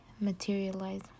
materialize